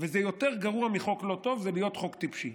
ויותר גרוע מלהיות חוק לא טוב זה להיות חוק טיפשי.